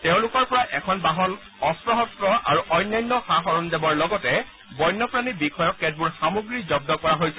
তেওঁলোকৰ পৰা এখন বাহন অস্ত্ৰ শস্ত্ৰ আৰু অন্যান্য সা সৰঞ্জামৰ লগতে বণ্যপ্ৰাণী বিষয়ক কেতবোৰ সামগ্ৰী জব্দ কৰা হৈছে